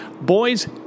Boys